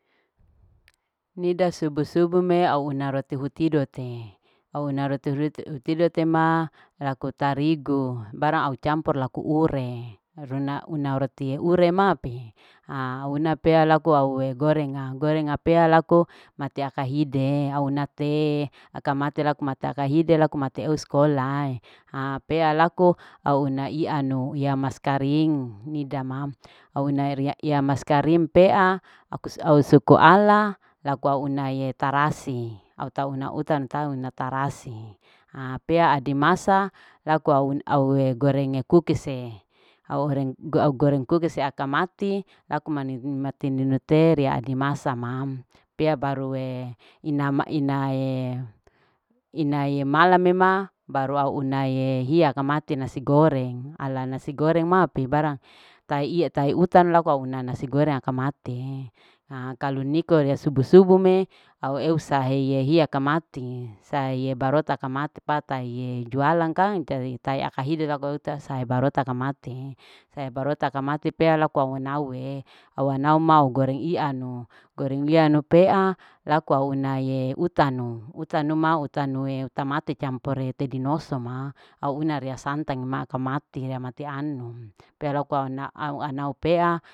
Nida subu. subu me au una roti hutido te au una roti hutido te ma laku tarigu baru au campur laku ure una roti ure mape ha au una pea laku au una gorenga. au una gorenga. gorenga pea laku mati aka hide au una te laka mate laku mata kahide laku mate au sekolaha ha pea laku au una iya masa karing nida mam au una iya masa karing pea au suko ala laku au unae tarasi au tau una uta antau una tarasi ha pea adimasa laku au una. au gorenge kukise au goreng kukise kamati laku manihu mati ninu te laku adimasa mam pea barue inama inae. inae mala mema baru au unae hiya kamati nasi goreng ala nasi goreng ma barang taie, tai uta loko au nana nasi goreng aka matie ha kalu niko rea subu. subu au eu sahee iya akan mati saie barota takamati fataee jualan kang taie jadi tae lakahide loko uta sae barota laka matie. sae barota aka mati pea lako au naue awa nawa goreng ianu goreng ianu pea laku au naue utanu. utanu ma utae tamate campur tedinoso au una rea santange maka mati mati anu pea lauko ana upea.